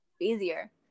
easier